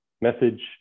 message